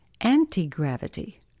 anti-gravity